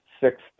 six